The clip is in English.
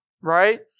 right